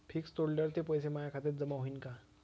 Fix तोडल्यावर ते पैसे माया खात्यात जमा होईनं का?